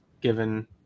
given